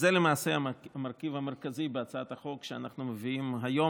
זה למעשה המרכיב המרכזי בהצעת החוק שאנחנו מביאים היום,